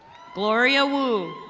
gloria wu.